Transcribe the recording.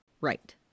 Right